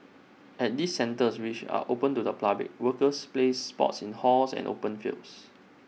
at these centres which are open to the public workers play sports in halls and open fields